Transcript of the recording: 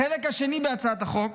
החלק השני בהצעת החוק